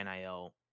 NIL